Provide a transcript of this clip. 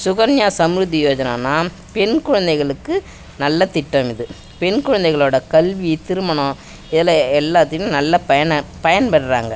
சுகன்யா சம்ருதிகா யோஜனானா பெண் குழந்தைகளுக்கு நல்ல திட்டம் இது பெண் குழந்தைகளோடய கல்வி திருமணம் எல எல்லாத்தையும் நல்ல பயன பயன்படுறாங்க